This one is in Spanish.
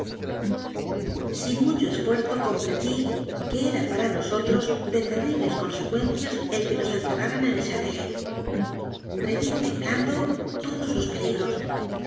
sin mucho esfuerzo comprendí que era para nosotros de terribles consecuencias el que nos en cerraran en el chátelet previ temblando todos los peligros